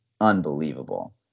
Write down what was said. unbelievable